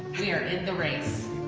we are in the race.